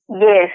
Yes